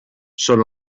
són